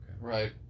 Right